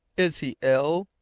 is he ill?